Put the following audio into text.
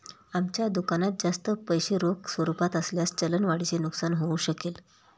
आमच्या दुकानात जास्त पैसे रोख स्वरूपात असल्यास चलन वाढीचे नुकसान होऊ शकेल